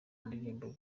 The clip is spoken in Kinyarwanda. indirimbo